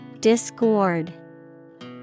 Discord